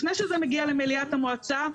לפני שזה מגיע למליאת המועצה,